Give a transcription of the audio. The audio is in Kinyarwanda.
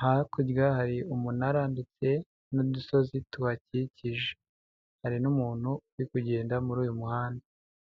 hakurya hari umunara ndetse n'udusozi tubakikije, hari n'umuntu uri kugenda muri uyu muhanda.